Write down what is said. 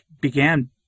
began